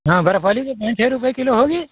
हाँ बर्फ़ वाली पाँच छः रुपये किलो होगी